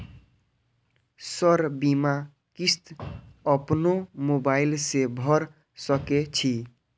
Sir बीमा किस्त अपनो मोबाईल से भर सके छी?